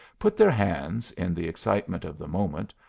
put their hands, in the excitement of the moment,